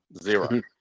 zero